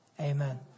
Amen